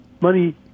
money